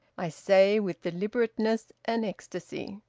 i say with deliberateness an ecstasy.